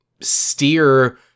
steer